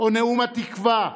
או "נאום התקווה"